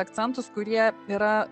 akcentus kurie yra